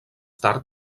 tard